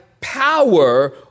power